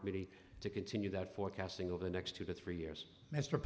committee to continue that forecasting over the next two to three years